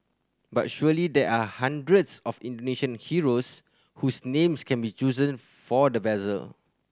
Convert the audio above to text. but surely there are hundreds of Indonesian heroes whose names can be chosen for the vessel